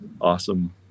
awesome